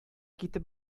китеп